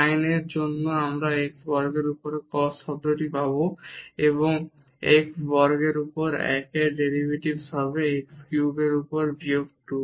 sin এর জন্য আমরা x বর্গের উপরে cos শব্দটি পাব এবং x বর্গের উপর 1 এর ডেরিভেটিভ হবে x কিউবের উপর বিয়োগ 2